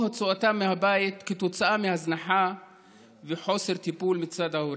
הוצאתם מהבית כתוצאה מהזנחה וחוסר טיפול מצד ההורים.